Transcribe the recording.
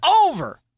over